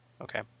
Okay